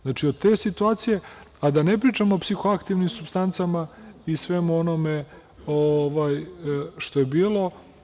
Znači, od te situacije, a da ne pričamo o psihoaktivnim supstancama i svemu onome što je bilo.